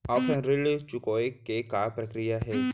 Offline ऋण चुकोय के का प्रक्रिया हे?